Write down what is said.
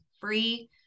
free